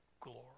glory